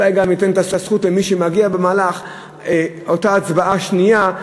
ואולי גם תינתן הזכות למי שמגיע במהלך אותה הצבעה שנייה,